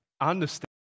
understand